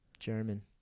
german